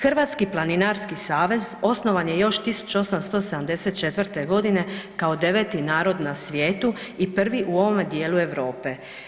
Hrvatski planinarski savez osnovan je još 1874. g. kao 9. narod na svijetu i prvi u ovome dijelu Europe.